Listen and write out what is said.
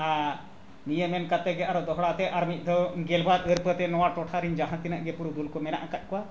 ᱟᱨ ᱱᱤᱭᱟᱹ ᱢᱮᱱ ᱠᱟᱛᱮᱫ ᱜᱮ ᱟᱨᱦᱚᱸ ᱫᱚᱦᱲᱟᱛᱮ ᱟᱨ ᱢᱤᱫ ᱫᱷᱟᱣ ᱜᱮᱞᱵᱟᱨ ᱟᱹᱨᱯᱟᱹᱛᱮ ᱱᱚᱣᱟ ᱴᱚᱴᱷᱟ ᱨᱤᱱ ᱡᱟᱦᱟᱸ ᱛᱤᱱᱟᱹᱜ ᱜᱮ ᱯᱩᱨᱩᱫᱷᱩᱞ ᱠᱚ ᱢᱮᱱᱟᱜ ᱟᱠᱟᱫ ᱠᱚᱣᱟ